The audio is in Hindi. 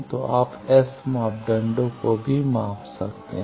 तो आप S मापदंडों को माप सकते हैं